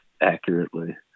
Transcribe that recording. accurately